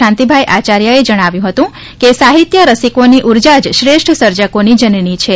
શાંતિભાઇ આચાર્યએ જણાવ્યું હતું કે સાહિત્ય રસિકોની ઉર્જા જ શ્રેષ્ઠ સર્જકોની જનની છે